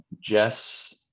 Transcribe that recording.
Jess